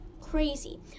Crazy